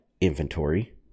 inventory